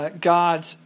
God